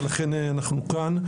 ולכן אנחנו כאן.